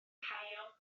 caio